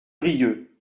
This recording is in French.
brieuc